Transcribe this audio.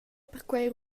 perquei